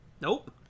Nope